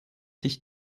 sich